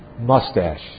mustache